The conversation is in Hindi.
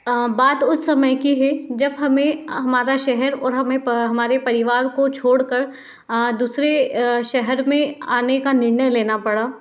बात उस समय की है जब हमें हमारा शहर और हमें हमारे परिवार को छोड़कर दूसरे शहर में आने का निर्णय लेना पड़ा